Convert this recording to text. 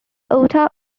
utah